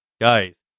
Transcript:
guys